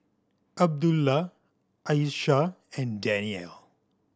Abdullah Aishah and Danial